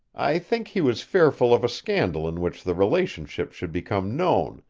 i think he was fearful of a scandal in which the relationship should become known,